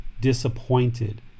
disappointed